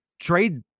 trade